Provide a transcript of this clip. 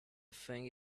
thing